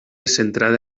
centrada